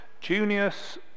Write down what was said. Junius